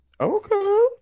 okay